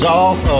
off